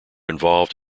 involved